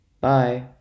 Bye